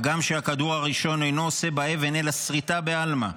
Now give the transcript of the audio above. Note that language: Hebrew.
הגם שהכדור הראשון אינו עושה באבן אלא שריטה בעלמא,